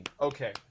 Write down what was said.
Okay